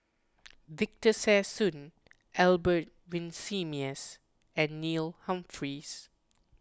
Victor Sassoon Albert Winsemius and Neil Humphreys